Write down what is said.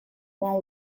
one